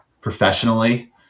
professionally